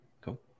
Cool